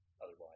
otherwise